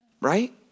right